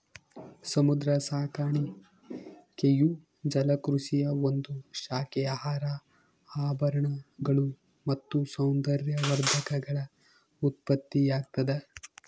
ಸಮುದ್ರ ಸಾಕಾಣಿಕೆಯು ಜಲಕೃಷಿಯ ಒಂದು ಶಾಖೆ ಆಹಾರ ಆಭರಣಗಳು ಮತ್ತು ಸೌಂದರ್ಯವರ್ಧಕಗಳ ಉತ್ಪತ್ತಿಯಾಗ್ತದ